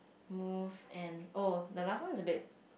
move and oh the last one is a bit